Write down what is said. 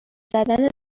زدن